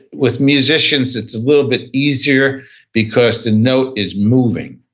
with musicians, it's a little bit easier because the note is moving.